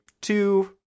two